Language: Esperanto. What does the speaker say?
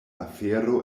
afero